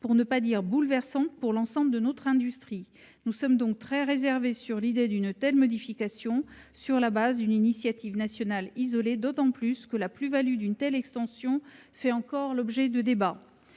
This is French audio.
pour ne pas dire bouleversante, pour l'ensemble de notre industrie. Nous sommes donc très réservés sur le principe d'une telle modification sur la base d'une initiative nationale isolée, d'autant que la plus-value apportée par une telle extension fait encore l'objet de débat.